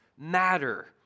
matter